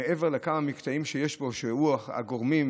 מעבר לכמה מקטעים שיש בו, שהם הגורמים,